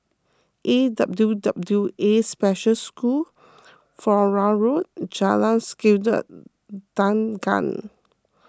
A W W A Special School Flora Road Jalan Sikudangan